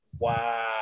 Wow